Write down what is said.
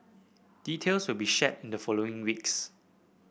details will be shared in the following weeks